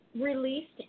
released